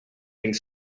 think